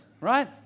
right